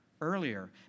earlier